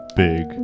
big